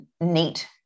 NEAT